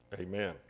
amen